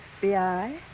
FBI